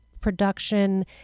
production